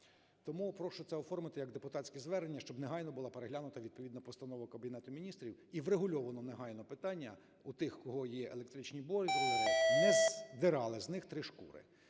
Тому прошу це оформити як депутатське звернення, щоб негайно була переглянута відповідна постанова Кабінету Міністрів і врегульовано негайно те питання: у тих, в кого є електричні бойлери, не здирали з них три шкури.